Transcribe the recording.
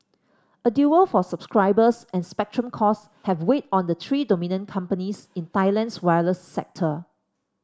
a duel for subscribers and spectrum costs have weighed on the three dominant companies in Thailand's wireless sector